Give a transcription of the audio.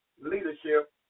leadership